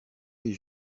les